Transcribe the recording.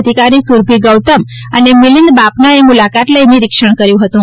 અધિકારી સુરભી ગૌતમ અને મિલીન્દ બાપના એ મુલાકાત લઇ નિરીક્ષણ કર્યું હતું